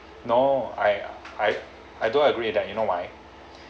no I I I don't agree that you know why